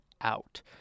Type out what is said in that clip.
out